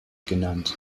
genannt